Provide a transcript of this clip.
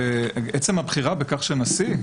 עצם הבחירה בכך שנשיא,